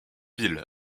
villes